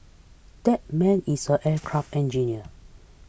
that man is an aircraft engineer